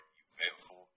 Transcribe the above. eventful